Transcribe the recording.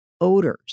odors